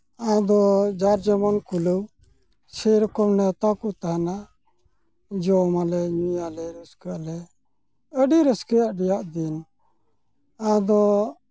ᱟᱫᱚ ᱡᱟᱨ ᱡᱮᱢᱚᱱ ᱠᱩᱞᱟᱹᱣ ᱥᱮᱨᱚᱠᱚᱢ ᱱᱮᱣᱛᱟ ᱠᱚ ᱛᱟᱦᱮᱱᱟ ᱡᱚᱢᱟᱞᱮ ᱧᱩᱭᱟᱞᱮ ᱨᱟᱹᱥᱠᱟᱹᱭᱟᱞᱮ ᱟᱹᱰᱤ ᱨᱟᱹᱥᱠᱟᱹ ᱨᱮᱭᱟᱜ ᱫᱤᱱ ᱟᱫᱚ